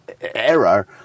error